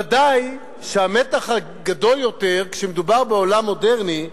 ודאי שהמתח גדול יותר כשמדובר בעולם מודרני,